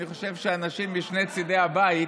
אני חושב שאנשים משני צידי הבית